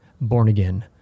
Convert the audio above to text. born-again